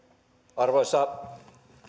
arvoisa